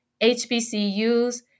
HBCUs